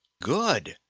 good!